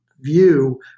view